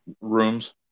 rooms